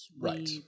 Right